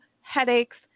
headaches